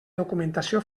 documentació